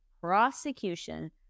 prosecution